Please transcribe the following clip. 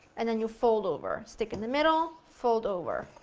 and then you fold over. stick in the middle, fold over.